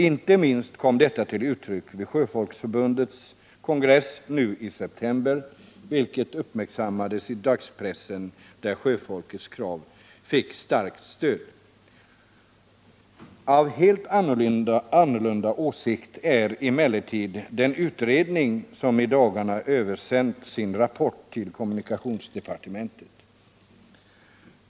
Inte minst kom detta till uttryck vid Sjöfolksförbundets kongress nu i september, vilket uppmärksammades i dagspressen där sjöfolkets krav fick starkt stöd. Av helt annorlunda åsikt är emellertid den utredning, som i dagarna översänt sin rapport till Kommunikationsdepartementet.